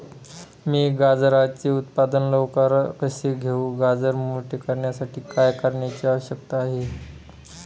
मी गाजराचे उत्पादन लवकर कसे घेऊ? गाजर मोठे करण्यासाठी काय करण्याची आवश्यकता आहे?